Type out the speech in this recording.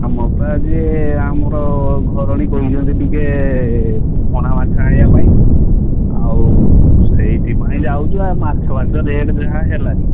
ଆମର ତ ଆଜି ଆମର ଘରଣୀ କହିଛନ୍ତି ଟିକେ ପୋହଳା ମାଛ ଆଣିବା ପାଇଁ ଆଉ ସେଇଥିପାଇଁ ଯାଉଛି ଆଉ ମାଛ ଫାଛ ରେଟ୍ ଯାହା ହେଲାଣି